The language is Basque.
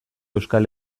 euskal